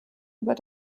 über